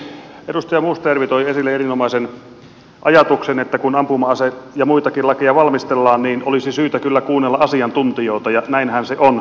edustaja mustajärvi toi esille erinomaisen ajatuksen että kun ampuma ase ja muitakin lakeja valmistellaan niin olisi syytä kyllä kuunnella asiantuntijoita ja näinhän se on